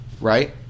right